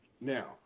Now